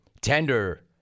tender